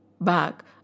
back